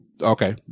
Okay